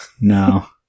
No